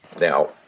Now